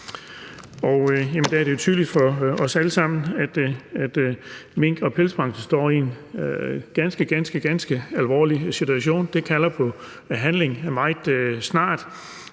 Det er jo tydeligt for os alle sammen, at mink- og pelsbranchen står i en ganske, ganske alvorlig situation. Det kalder på handling meget snart,